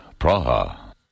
Praha